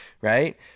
right